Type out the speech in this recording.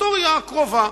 מההיסטוריה הקרובה,